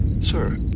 Sir